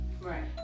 Right